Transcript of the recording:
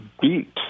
beat